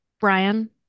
Brian